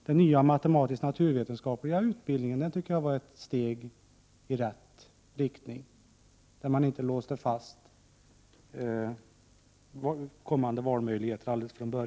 Den nya matematisk-naturvetenskapliga utbildningen var ett steg i rätt riktning, där man inte från början låser fast kommande valmöjligheter.